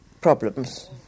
problems